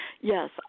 yes